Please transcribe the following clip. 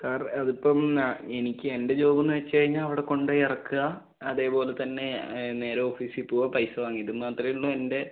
sir അതിപ്പോള് എനിക്ക് എൻ്റെ ജോബെന്നുവച്ചുകഴിഞ്ഞാല് അവിടെ കൊണ്ടപോയി ഇറക്കുക അതേപോലെത്തന്നെ നേരെ ഓഫീസില് പോവുക പൈസ വാങ്ങി ഇതുമാത്രമേ ഉള്ളു എൻ്റെ